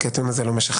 כי הטיעון הזה לא משכנע.